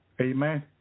Amen